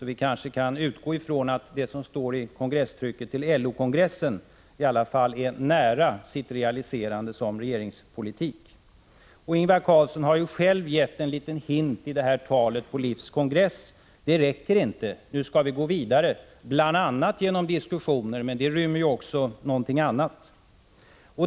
Kanske kan vi utgå från att det som står i kongresstrycket till LO-kongressen i alla fall är nära sitt realiserande som regeringspolitik. Ingvar Carlsson har ju själv gett en liten ”hint” isitt tal på Livs kongress: Men det räcker inte. Nu skall vi gå vidare, ”bl.a.” genom diskussioner —- Det rymmer ju också någonting annat.